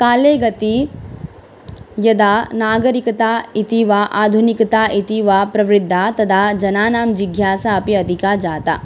काले गते यदा नागरीकता इति वा आधुनिकता इति वा प्रवृद्धा तदा जनानां जिज्ञासा अपि अधिका जाता